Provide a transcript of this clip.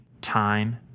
time